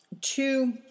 two